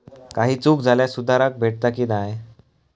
काही चूक झाल्यास सुधारक भेटता की नाय?